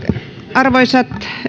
arvoisat